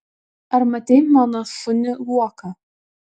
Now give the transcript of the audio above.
ar matei mano šunį luoką